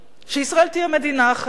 שישראל תהיה מדינה אחרת: